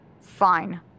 Fine